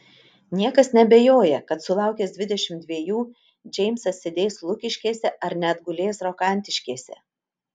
niekas neabejoja kad sulaukęs dvidešimt dvejų džeimsas sėdės lukiškėse ar net gulės rokantiškėse